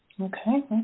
Okay